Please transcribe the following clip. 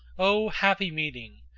o happy meeting!